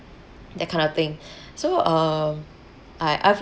that kind of thing so uh I I've